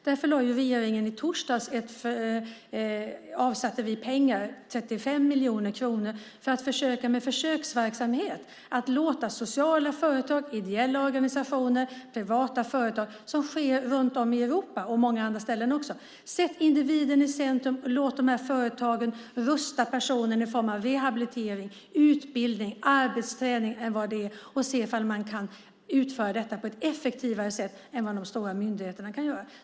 Därför avsatte ju regeringen i torsdags pengar, 35 miljoner kronor, för en försöksverksamhet med sociala företag, ideella organisationer och privata företag. Sådant sker runt om i Europa och på många andra ställen också. Sätt individen i centrum. Låt de här företagen rusta personer med rehabilitering, utbildning och arbetsträning och låt oss se om de kan utföra detta på ett effektivare sätt än de stora myndigheterna.